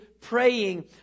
praying